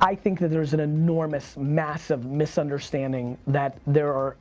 i think that there is an enormous, massive, misunderstanding that there are